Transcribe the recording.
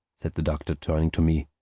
said the doctor, turning to me.